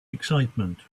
excitement